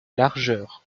largeur